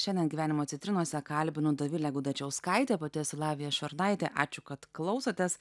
šiandien gyvenimo citrinose kalbinu dovilę gudačiauskaitę pati esu lavija šurnaitė ačiū kad klausotės